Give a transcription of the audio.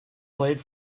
played